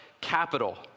capital